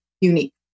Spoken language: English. unique